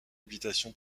habitation